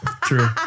True